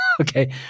Okay